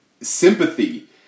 sympathy